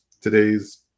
today's